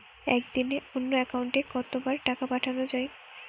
একদিনে অন্য একাউন্টে কত বার টাকা পাঠানো য়ায়?